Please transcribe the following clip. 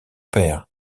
père